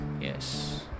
yes